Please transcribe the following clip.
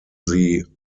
sie